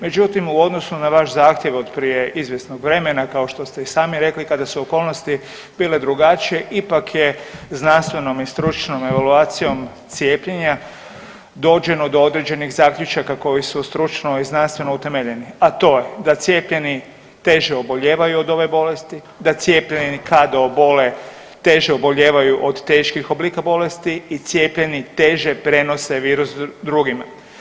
Međutim u odnosu na vaš zahtjev od prije izvjesnog vremena kao što ste i sami rekli kada su okolnosti bile drugačije ipak je znanstvenom i stručnom evaluacijom cijepljenja dođeno do određenih zaključaka koji su stručno i znanstveno utemeljeni, a to je da cijepljeni teže obolijevaju od ove bolesti, da cijepljeni kada obole teže obolijevaju od teških oblika bolesti i cijepljeni teže prenose virus drugima.